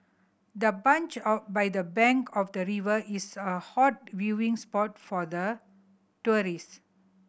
the bench by the bank of the river is a hot viewing spot for the tourists